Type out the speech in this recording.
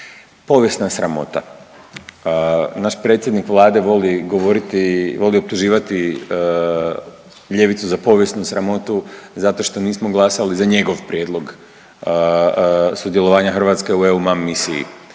povijesna sramota. Naš predsjednik Vlade voli govoriti, voli optuživati ljevicu za povijesnu sramotu zato što nismo glasali za njegov prijedlog sudjelovanja Hrvatske u EUMUM misiji.